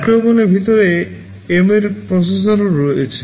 micro ওভেনের ভিতরে embed প্রসেসরও রয়েছে